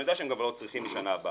אני יודע שהם גם לא צריכים לשנה הבאה,